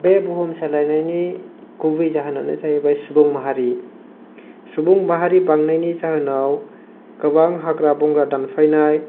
बे बुहुम सोलायनायनि गुबै जाहोनानो जाहैबाय सुबुं माहारि सुबुं माहारि बांनायनि जाहोनाव गोबां हाग्रा बंग्रा दानफायनाय